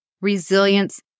resilience